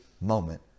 moment